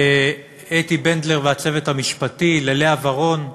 לאתי בנדלר והצוות המשפטי, ללאה ורון,